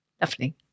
lovely